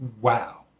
wow